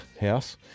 house